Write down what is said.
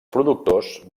productors